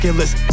list